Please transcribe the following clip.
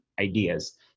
ideas